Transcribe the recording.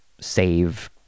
save